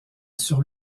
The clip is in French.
sur